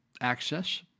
access